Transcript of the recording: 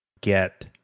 get